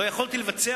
לא יכולתי לבצע